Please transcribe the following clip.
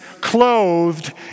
clothed